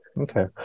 okay